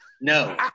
No